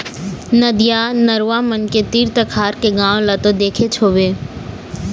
नदिया, नरूवा मन के तीर तखार के गाँव ल तो देखेच होबे